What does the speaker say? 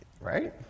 Right